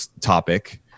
topic